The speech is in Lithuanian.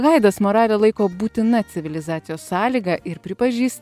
haidas moralę laiko būtina civilizacijos sąlyga ir pripažįsta